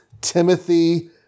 Timothy